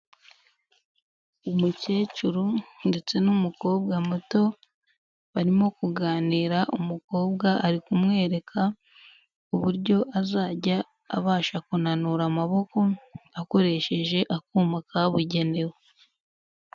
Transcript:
Umukecuru ndetse n'umukobwa muto barimo kuganira, umukobwa ari kumwereka uburyo azajya abasha kunanura amaboko akoresheje akuma kabugenewe.